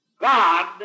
God